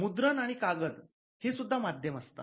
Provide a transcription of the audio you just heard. मुद्रण आणि कागद हे सुद्धा माध्यम असतात